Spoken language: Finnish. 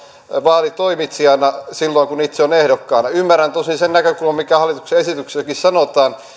vaalitoimitsijana silloin kun itse on ehdokkaana ymmärrän tosin sen näkökulman mikä hallituksen esityksessäkin sanotaan